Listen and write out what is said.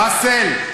באסל,